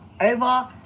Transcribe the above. over